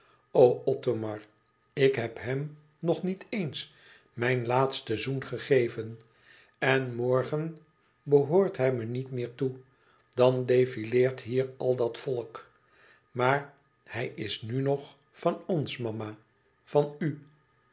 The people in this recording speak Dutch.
othomar ik heb hem nog niet eens mijn laatsten zoen gegeven en morgen behoort hij me niet meer toe dan defileert hier al dat volk maar hij is n nog van ons mama van u